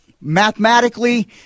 Mathematically